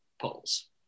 polls